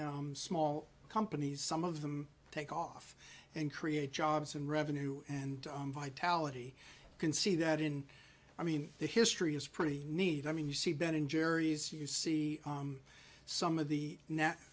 incubate small companies some of them take off and create jobs and revenue and vitality can see that in i mean the history is pretty neat i mean you see ben and jerrys you see some of the net